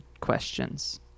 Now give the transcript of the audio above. questions